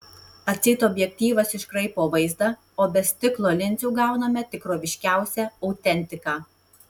atseit objektyvas iškraipo vaizdą o be stiklo linzių gauname tikroviškiausią autentiką